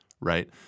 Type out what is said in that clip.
right